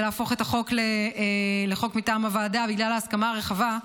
להפוך את החוק לחוק מטעם הוועדה בגלל ההסכמה הרחבה.